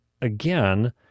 again